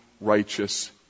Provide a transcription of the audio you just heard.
righteous